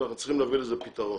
אנחנו צריכים להביא לזה פתרון